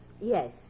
Yes